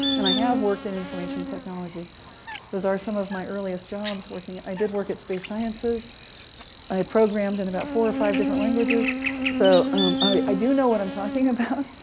and i have worked in information technology those are some of my earliest jobs. i did work at space sciences i programmed in about four or five different languages so i do know what i'm talking about.